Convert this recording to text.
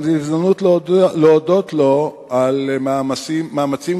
זו גם הזדמנות להודות לו על מאמצים